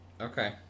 Okay